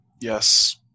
Yes